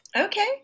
Okay